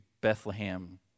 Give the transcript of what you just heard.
Bethlehem